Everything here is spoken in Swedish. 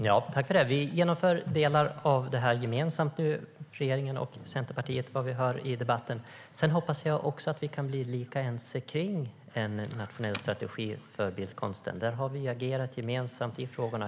Herr talman! Regeringen och Centerpartiet genomför nu gemensamt delar av det vi hör om i debatten. Jag hoppas att vi kan bli lika ense kring en nationell strategi för bildkonsten. Här har vi agerat gemensamt i frågorna.